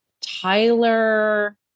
Tyler